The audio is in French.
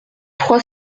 trois